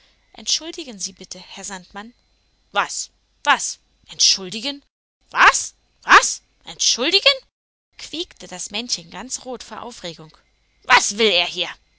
entschuldigen sie bitte herr sandmann was was entschuldigen quiekte das männchen ganz rot vor aufregung was will er hier